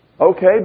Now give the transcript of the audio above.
Okay